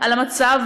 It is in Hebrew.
המצב